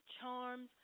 charms